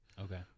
Okay